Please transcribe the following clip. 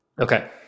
Okay